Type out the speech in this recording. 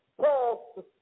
Paul